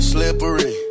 Slippery